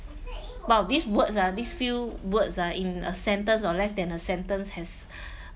!wow! these words ah these few words ah in a sentence or less than a sentence has